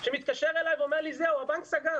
שמתקשר אלי ואומר, זהו, הבנק סגר